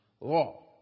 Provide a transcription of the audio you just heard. law